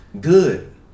Good